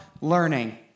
learning